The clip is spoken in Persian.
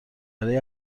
برای